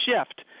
shift